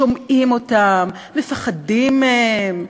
שומעים אותם, מפחדים מהם,